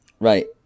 Right